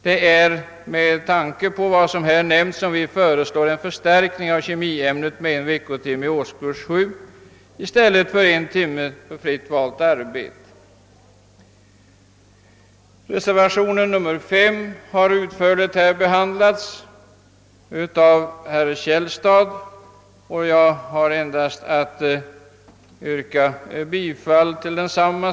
Det är med tanke på vad jag har nämnt som vi föreslagit en förstärkning av ämnet kemi med en veckotimme i årskurs 7 i stället för en timmes fritt valt arbete. Reservationen 5 har här utförligt behandlats av herr Källstad, och jag nöjer mig med att yrka bifall till densamma.